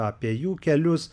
apie jų kelius